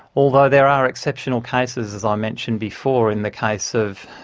although there are exceptional cases as i mentioned before, in the case of,